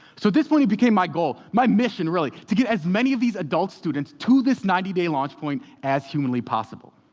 so at this point it became my goal my mission, really to get as many of these adult students to this ninety day launch point as humanly possible.